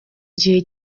gihe